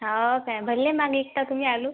हो काय भरले मांगेक का तुम्ही आलू